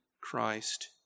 Christ